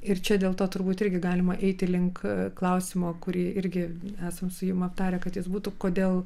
ir čia dėl to turbūt irgi galima eiti link klausimo kurį irgi esam su jum aptarę kad jis būtų kodėl